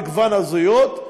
מגוון הזהויות?